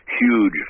huge